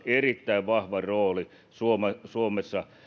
erittäin vahva rooli suomessa suomessa